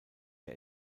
der